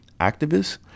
activists